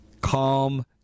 Calm